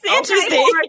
interesting